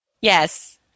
Yes